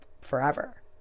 forever